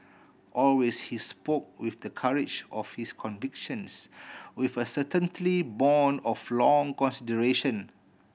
always he spoke with the courage of his convictions with a certaintly born of long consideration